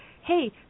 hey